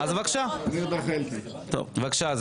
בבקשה.